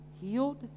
healed